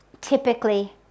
typically